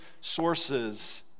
sources